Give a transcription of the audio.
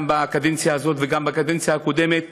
גם בקדנציה הזאת וגם בקדנציה הקודמת,